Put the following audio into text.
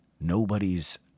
nobody's